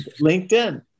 LinkedIn